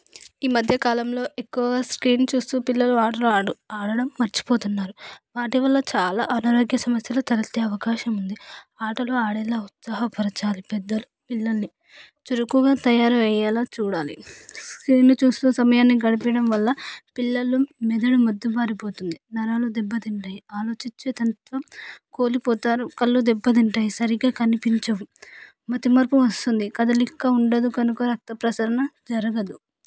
ఈ మధ్యకాలంలో ఎక్కువగా స్క్రీన్ చూస్తూ పిల్లలు ఆటలు ఆడ ఆడటం మరచిపోతున్నారు వాటి వల్ల చాలా అనారోగ్య సమస్యలు తలెత్తే అవకాశం ఉంది ఆటలు ఆడేలా ఉత్సాహపరచాలి పెద్దలు పిల్లల్ని చురుకుగా తయారు అయ్యేలా చూడాలి స్క్రీన్ చూస్తూ సమయాన్ని గడపటం వల్ల పిల్లలు మెదడు మొద్దు బారిపోతుంది నరాలు దెబ్బతింటాయి ఆలోచించే తత్వం కోల్పోతారు కళ్ళు దెబ్బతింటాయి సరిగ్గా కనిపించవు మతిమరుపు వస్తుంది కదలిక ఉండదు కనుక రక్త ప్రసరణ జరగదు